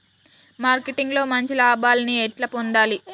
Marketing లో మంచి లాభాల్ని ఎట్లా పొందాలి?